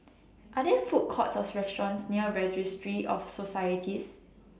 Are There Food Courts Or restaurants near Registry of Societies